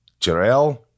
Jarell